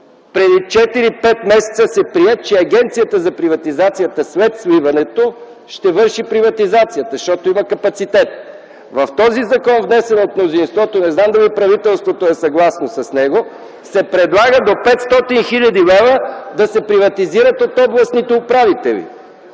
Преди 4-5 месеца се прие, че Агенцията за приватизация след сливането ще върши приватизацията, защото има капацитет. В този законопроект, внесен от мнозинството, не знам дали правителството е съгласно с него, се предлага до 500 хил. лв. да се приватизират от областните управители.